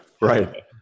right